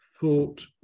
thought